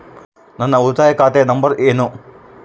ನನ್ನ ಉಳಿತಾಯ ಖಾತೆ ನಂಬರ್ ಏನು?